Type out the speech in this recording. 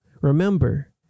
remember